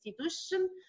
institution